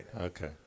Okay